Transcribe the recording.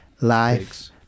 life